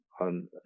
on